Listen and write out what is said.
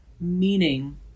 meaning